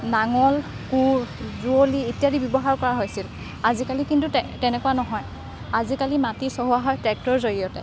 নাঙল কোৰ যুঁৱলি ইত্যাদি ব্যৱহাৰ কৰা হৈছিল আজিকালি কিন্তু তে তেনেকুৱা নহয় আজিকালি মাটি চহোৱা হয় ট্ৰেক্টৰৰ জৰিয়তে